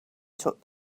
took